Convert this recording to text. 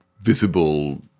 visible